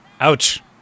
Ouch